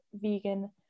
vegan